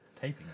Taping